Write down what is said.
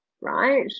right